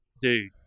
Dude